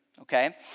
Okay